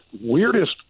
weirdest